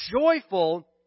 joyful